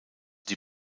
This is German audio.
die